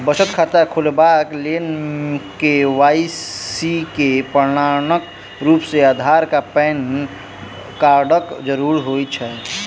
बचत खाता खोलेबाक लेल के.वाई.सी केँ प्रमाणक रूप मेँ अधार आ पैन कार्डक जरूरत होइ छै